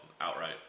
outright